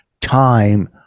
time